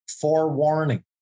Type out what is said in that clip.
forewarning